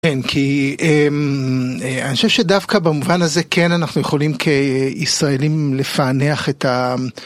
כן, כי אני חושב שדווקא במובן הזה כן, אנחנו יכולים כישראלים לפענח את ה...